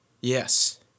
yes